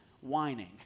whining